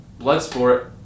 Bloodsport